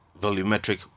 volumetric